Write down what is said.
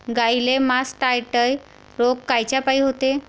गाईले मासटायटय रोग कायच्यापाई होते?